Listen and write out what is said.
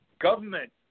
government